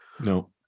no